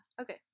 okay